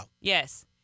Yes